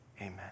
Amen